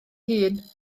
hun